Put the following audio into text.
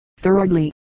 Thirdly